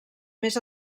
més